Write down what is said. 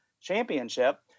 championship